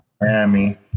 Miami